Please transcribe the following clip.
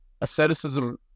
asceticism